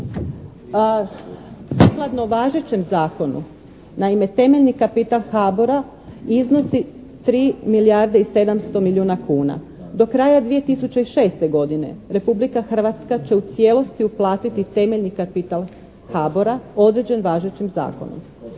Sukladno važećem Zakonu naime temeljni kapital HABOR-a iznosi 3 milijarde i 700 milijuna kuna. Do kraja 2006. godine Republika Hrvatska će u cijelosti uplatiti temeljni kapital HABOR-a određen važećim zakonom.